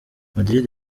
madrid